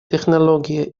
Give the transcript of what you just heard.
технологии